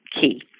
key